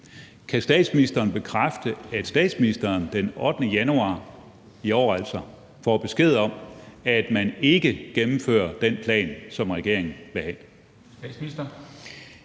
Kan statsministeren bekræfte, at statsministeren den 8. januar i år får besked om, at man ikke gennemfører den plan, som regeringen har lagt?